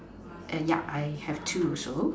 and yup I have two also